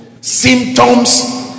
Symptoms